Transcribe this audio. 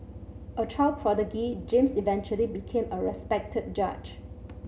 a child prodigy James eventually became a respected judge